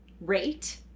rate